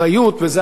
ובזה אני מסיים,